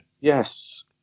Yes